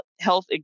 health